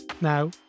Now